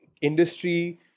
industry